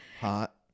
Hot